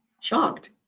shocked